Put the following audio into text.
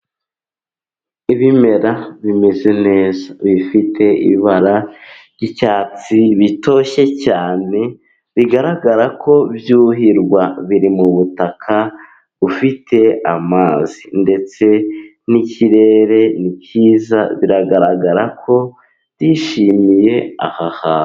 Ibimera bimeze neza bifite ibara ry'icyatsi ,bitoshye ,cyane bigaragara ko byuhirwa, biri butaka bufite amazi, ndetse n'ikirere ni cyiza biragaragara kotishimiye aha hantu.